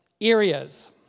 areas